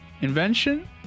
invention